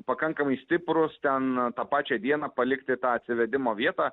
pakankamai stiprūs ten tą pačią dieną palikti tą atsivedimo vietą